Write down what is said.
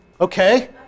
Okay